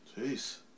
Jeez